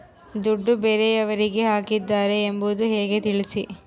ದುಡ್ಡು ಬೇರೆಯವರಿಗೆ ಹಾಕಿದ್ದಾರೆ ಎಂಬುದು ಹೇಗೆ ತಿಳಿಸಿ?